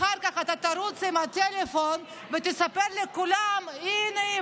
אחר כך אתה תרוץ עם הטלפון ותספר לכולם: הינה,